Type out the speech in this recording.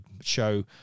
show